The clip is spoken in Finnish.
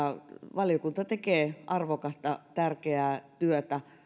valiokunta tekee arvokasta tärkeää työtä mielestäni